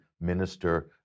minister